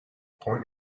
point